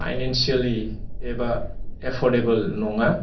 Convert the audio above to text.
financially एबा एफरदेबोल नङा